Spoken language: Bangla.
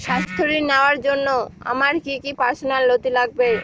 স্বাস্থ্য ঋণ নেওয়ার জন্য আমার কি কি পার্সোনাল নথি লাগবে?